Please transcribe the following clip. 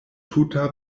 tuta